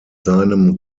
seinem